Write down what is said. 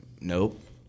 Nope